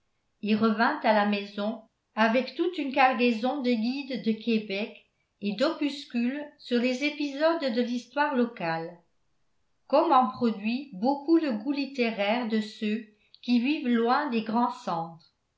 et revint à la maison avec toute une cargaison de guides de québec et d'opuscules sur les épisodes de l'histoire locale comme en produit beaucoup le goût littéraire de ceux qui vivent loin des grands centres